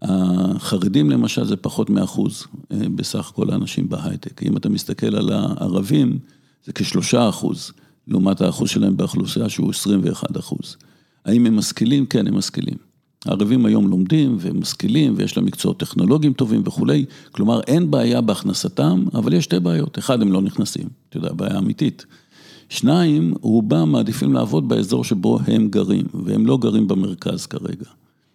החרדים למשל, זה פחות מאחוז בסך כל האנשים בהייטק. אם אתה מסתכל על הערבים, זה כשלושה אחוז, לעומת האחוז שלהם באכלוסייה, שהוא 21 אחוז. האם הם משכילים? כן, הם משכילים. הערבים היום לומדים והם משכילים ויש להם מקצועות טכנולוגיים טובים וכולי, כלומר, אין בעיה בהכנסתם, אבל יש שתי בעיות. אחד, הם לא נכנסים, את יודעת, בעיה אמיתית. שניים, רובם מעדיפים לעבוד באזור שבו הם גרים, והם לא גרים במרכז כרגע.